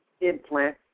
implant